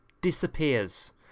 disappears